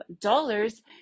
dollars